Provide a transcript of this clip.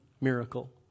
miracle